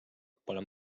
pole